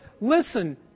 listen